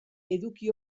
eduki